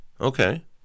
Okay